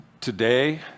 today